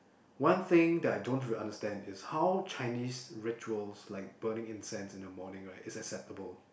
one thing that I don't understand is how Chinese rituals like burning incense in the morning right is acceptable